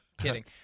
Kidding